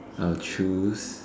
I'll choose